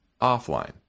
offline